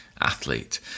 athlete